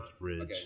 Bridge